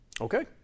Okay